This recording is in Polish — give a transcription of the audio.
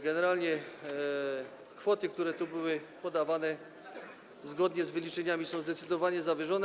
Generalnie kwoty, które tu były podawane, zgodnie z wyliczeniami są zdecydowanie zawyżone.